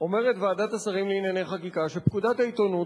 אומרת ועדת השרים לענייני חקיקה שפקודת העיתונות